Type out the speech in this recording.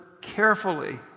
carefully